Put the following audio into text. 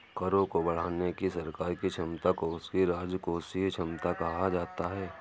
करों को बढ़ाने की सरकार की क्षमता को उसकी राजकोषीय क्षमता कहा जाता है